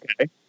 Okay